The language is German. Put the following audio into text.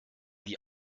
die